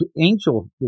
angel